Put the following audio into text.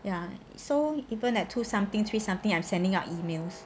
ya so even at two something three something I'm sending emails